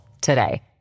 today